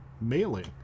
mailing